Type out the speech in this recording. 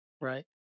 Right